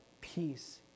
peace